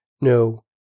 No